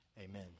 Amen